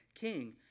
king